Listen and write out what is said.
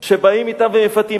שבאים אתן ומפתים.